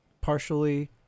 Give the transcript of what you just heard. partially